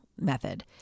method